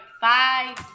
Bye